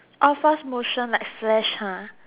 oh fast motion like flash ha